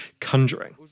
conjuring